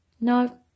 no